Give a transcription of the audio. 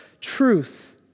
truth